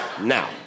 now